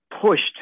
pushed